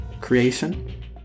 creation